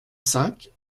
cinq